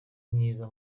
myiza